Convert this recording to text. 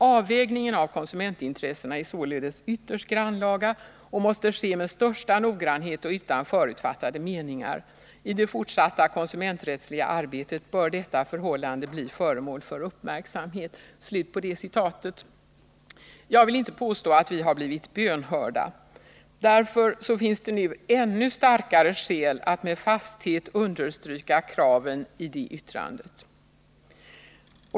Avvägningen av konsumentintressena är således ytterst grannlaga, och måste ske med största noggrannhet och utan förutfattade meningar. I det fortsatta konsumenträttsliga arbetet bör detta förhållande bli föremål för uppmärksamhet.” Jag vill inte påstå att vi blivit bönhörda. Därför finns det nu ännu starkare skäl att med fasthet understryka kraven i det yttrandet.